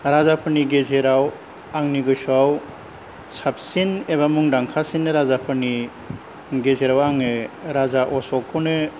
राजाफोरनि गेजेराव आंनि गोसोआव साबसिन एबा मुंदांखासिननि राजाफोरनि गेजेराव आङो राजा अशकखौनो